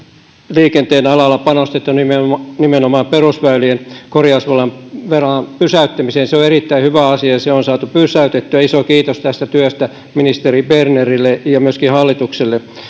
liikenteen alalla panostettu nimenomaan nimenomaan perusväylien korjausvelan pysäyttämiseen se on erittäin hyvä asia että se on saatu pysäytettyä iso kiitos tästä työstä ministeri bernerille ja myöskin hallitukselle